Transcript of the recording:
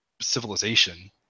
civilization